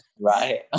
Right